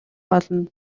болно